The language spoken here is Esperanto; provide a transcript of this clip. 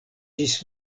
ĝis